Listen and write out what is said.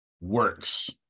works